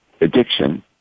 addiction